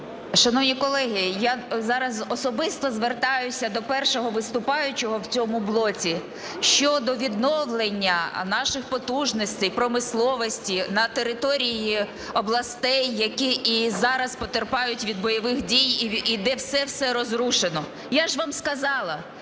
Шановні колеги, я зараз особисто звертаюся, до першого виступаючого в цьому блоці, щодо відновлення наших потужностей промисловості на території областей, які і зараз потерпають від бойових дій, де все-все розрушено. Я ж вам сказала,